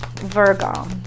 Virgo